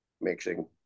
mixing